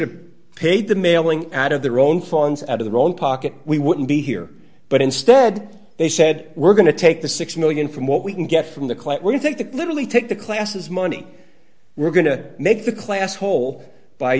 have paid the mailing out of their own funds out of their own pocket we wouldn't be here but instead they said we're going to take the six million from what we can get from the club where you think literally take the classes money we're going to make the class whole by